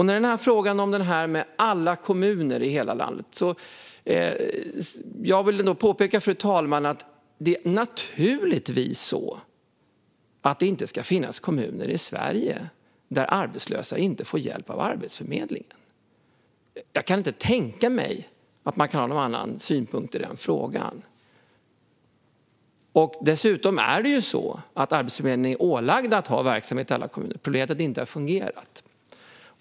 När det gäller att verksamhet ska finnas i alla kommuner i hela landet är det naturligtvis på det sättet att det inte ska finnas kommuner i Sverige där arbetslösa inte får hjälp av Arbetsförmedlingen. Jag kan inte tänka mig att man kan ha en annan synpunkt i den frågan. Dessutom är Arbetsförmedlingen ålagd att ha verksamhet i alla kommuner. Problemet är att det inte har fungerat.